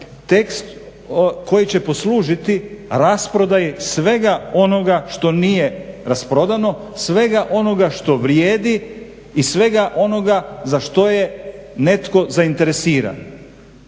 tekst koji će poslužiti rasprodaji svega onoga što nije rasprodano, svega onoga što vrijedi i svega onoga za što je netko zainteresiran.